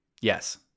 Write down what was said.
Yes